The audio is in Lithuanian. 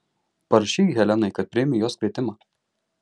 parašyk helenai kad priimi jos kvietimą